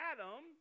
Adam